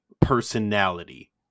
personality